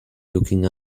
looking